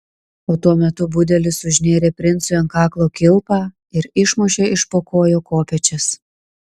o tuo metu budelis užnėrė princui ant kaklo kilpą ir išmušė iš po kojų kopėčias